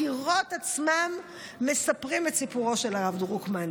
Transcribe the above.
הקירות עצמם מספרים את סיפורו של הרב דרוקמן,